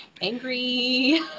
angry